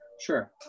Sure